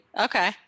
Okay